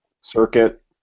circuit